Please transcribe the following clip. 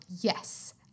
yes